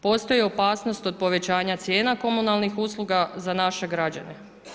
Postoji opasnost od povećanja cijena komunalnih usluga za naše građane.